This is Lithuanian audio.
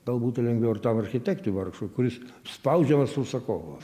gal būtų lengviau ir tam architektui vargšui kuris spaudžiamas užsakovo